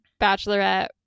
Bachelorette